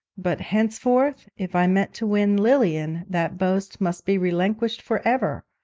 but henceforth, if i meant to win lilian, that boast must be relinquished for ever!